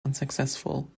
unsuccessful